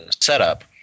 setup